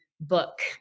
book